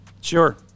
Sure